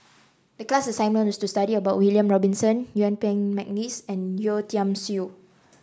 the class assignment was to study about William Robinson Yuen Peng McNeice and Yeo Tiam Siew